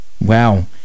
Wow